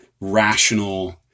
rational